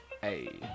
Hey